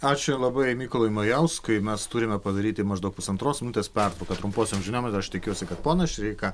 ačiū labai mykolui majauskui mes turime padaryti maždaug pusantros minutės pertrauką trumposiom žinioms aš tikiuosi kad ponas šileika